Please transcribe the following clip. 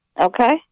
Okay